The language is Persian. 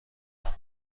بود